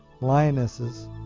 lionesses